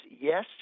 yes